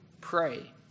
pray